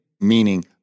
meaning